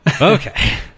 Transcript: Okay